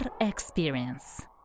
experience